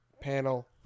panel